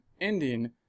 ending